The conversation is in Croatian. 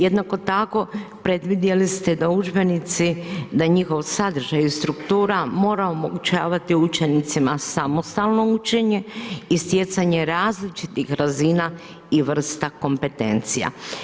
Jednako tako, predvidjeli ste da udžbenici, da njihov sadržaj i struktura mora omogućavati učenicima samostalno učenje i stjecanje različitih razina i vrsta kompetencija.